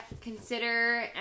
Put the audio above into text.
consider